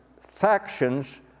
factions